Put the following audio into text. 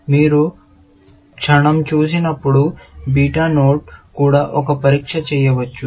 మీరు క్షణం చూసేటప్పుడు బీటా నోడ్ కూడా ఒక పరీక్ష చేయవచ్చు